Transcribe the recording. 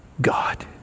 God